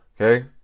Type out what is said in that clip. Okay